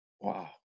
Wow